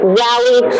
rally